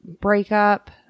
breakup